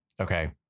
okay